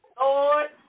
Lord